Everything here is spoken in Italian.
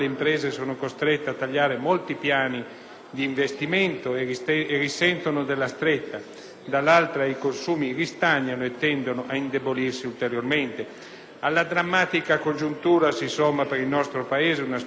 dall'altro i consumi ristagnano e tendono ad indebolirsi ulteriormente. Alla drammatica congiuntura si somma per il nostro Paese una specifica difficoltà competitiva tutta interna al nostro sistema produttivo ed amministrativo.